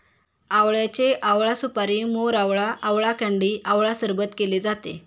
आवळ्याचे आवळा सुपारी, मोरावळा, आवळा कँडी आवळा सरबत केले जाते